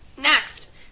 next